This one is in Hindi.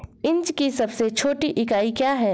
इंच की सबसे छोटी इकाई क्या है?